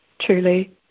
Truly